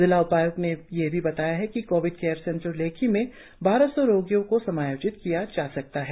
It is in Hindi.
जिला उपाय्क्त ने यह भी बताया कि कोविड केयर सेंटर लेखी में बारह सौ रोगियों को समायोजित किया जा सकता है